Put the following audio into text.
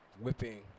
whipping